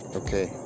okay